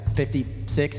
56